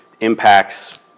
impacts